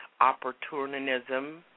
opportunism